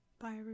Bye